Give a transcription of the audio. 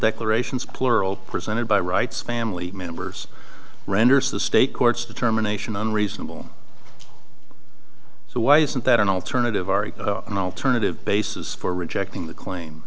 declarations plural presented by rights family members renders the state courts determination unreasonable so why isn't that an alternative ari an alternative basis for rejecting the claim